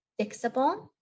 fixable